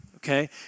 Okay